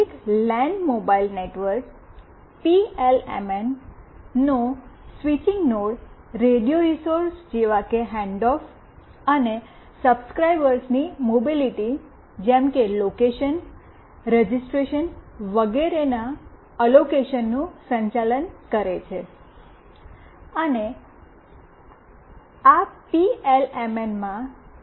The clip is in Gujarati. public land mobile network PLMN નો સ્વિચિંગ નોડ રેડિયો રિસોર્સ જેવા કે હેન્ડઓફ અને સબ્સ્ક્રાઇબર્સની મોબિલિટી જેમ કે લોકેશનરેજીસ્ટ્રેશન વગેરેના અલૉકેશનનું સંચાલન કરે છે અને આ પીએલએમએનમાં ઘણા એમએસ હોઈ શકે છે